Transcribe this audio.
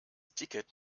ticket